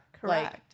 Correct